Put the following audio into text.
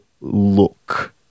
look